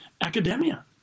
academia